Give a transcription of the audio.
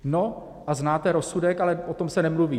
No, a znáte rozsudek, ale o tom se nemluví.